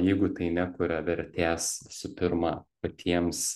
jeigu tai nekuria vertės visų pirma patiems